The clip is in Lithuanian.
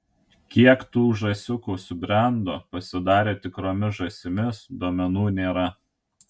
kiek tų žąsiukų subrendo pasidarė tikromis žąsimis duomenų nėra